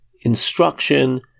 instruction